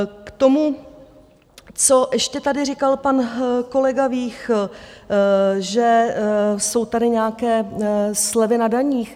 K tomu, co ještě tady říkal pan kolega Vích, že jsou tady nějaké slevy na daních.